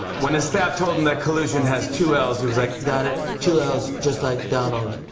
when his staff told him that collusion has two l's, he was like, got it two l's, just like donalld.